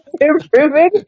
improving